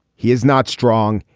he is not strong.